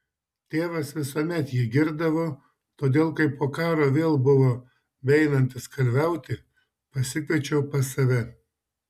tėvas visuomet jį girdavo todėl kai po karo vėl buvo beeinantis kalviauti pasikviečiau pas save